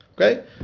Okay